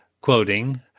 Quoting